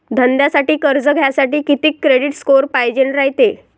धंद्यासाठी कर्ज घ्यासाठी कितीक क्रेडिट स्कोर पायजेन रायते?